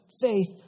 faith